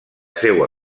seua